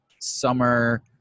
summer